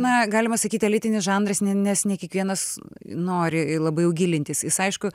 na galima sakyt elitinis žanras nes ne kiekvienas nori labai jau gilintis jis aišku